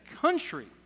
country